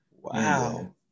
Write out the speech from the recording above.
Wow